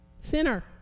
sinner